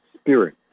spirit